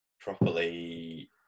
properly